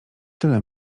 tyle